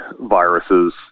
viruses